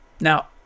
Now